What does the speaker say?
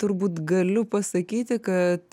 turbūt galiu pasakyti kad